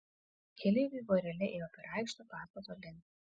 keleiviai vorele ėjo per aikštę pastato link